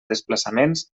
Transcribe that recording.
desplaçaments